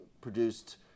produced